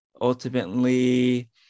ultimately